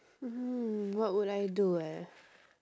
mm what would I do eh